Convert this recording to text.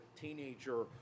teenager